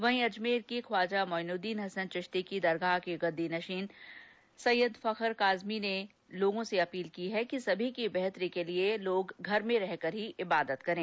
वहीं अजमेर की ख्वाजा मोइनुददीन हसन चिश्ती की दरगाह के गददी नशीं सैयद फखर काजमी चिश्ती ने लोगों से अपील की है कि सभी की बेहतरी के लिए लोग घर में रहकर इबादत करें